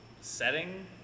setting